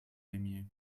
aimiez